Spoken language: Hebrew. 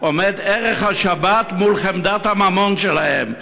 ערך השבת עומד מול חמדת הממון שלהם.